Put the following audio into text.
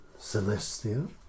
Celestia